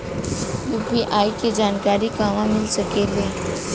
UPI के जानकारी कहवा मिल सकेले?